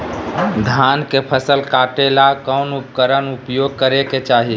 धान के फसल काटे ला कौन उपकरण उपयोग करे के चाही?